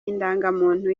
indangamuntu